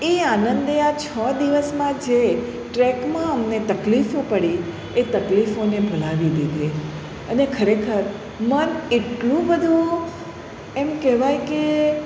એ આનંદે આ છ દિવસમાં જે ટ્રેકમાં અમને તકલીફો પડી એ તકલીફોને ભુલાવી દીધી અને ખરેખર મન એટલું બધું એમ કહેવાય કે